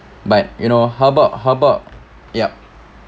but you know how about how about yup